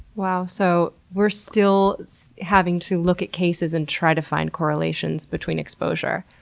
wow, so we're still having to look at cases and try to find correlations between exposure.